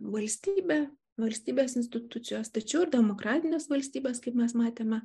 valstybė valstybės institucijos tačiau ir demokratinės valstybės kaip mes matėme